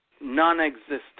non-existent